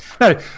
no